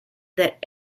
that